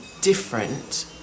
different